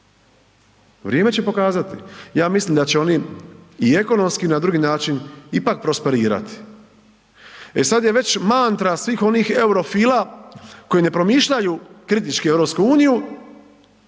vrijeme će pokazati. Ja mislim da će oni i ekonomski i na drugi način ipak prosperirati, e sad je već mantra svih onih eurofila koji ne promišljaju kritički EU,